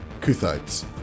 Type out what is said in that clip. Kuthites